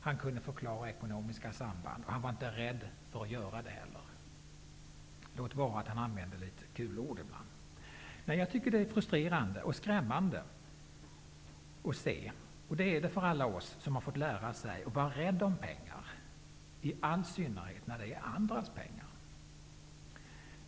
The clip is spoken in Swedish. Han kunde förklara ekonomiska samband och var inte rädd för att göra det heller, låt vara att han använde litet kul ord ibland. Jag tycker att det är frusterande och skräm mande att se. Det är det för alla oss som har fått lära sig vara rädda om pengar, i all synnerhet när det är andras pengar.